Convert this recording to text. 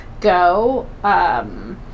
go